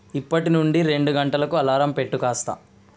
ఇప్పటి నుండి రెండు గంటలకు అలారం పెట్టు కాస్త